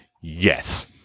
yes